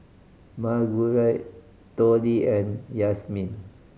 Margurite Tollie and Yazmin